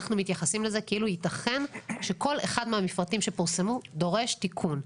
אנחנו מתייחסים לזה כאילו יתכן שכל אחד מהמפרטים שפורסמו דורש תיקון.